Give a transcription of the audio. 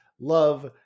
love